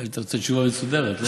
אתה רוצה תשובה מסודרת.